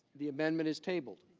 the amendment is tabled.